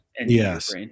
yes